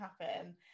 happen